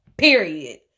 Period